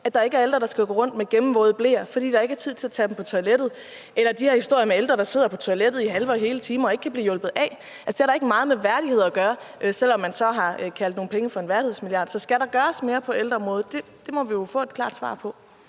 at der ikke er ældre, der skal gå rundt med gennemvåd ble, fordi der ikke er tid til at tage dem på toilettet. Eller de her historier med ældre, der sidder på toilettet i halve og hele timer, og ikke kan blive hjulpet af – altså, det har da ikke meget med værdighed at gøre, selv om man så har kaldt nogle penge for en værdighedsmilliard. Men skal der gøres mere på ældreområdet? Det må vi jo få et klart svar på.